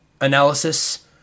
analysis